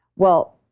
well,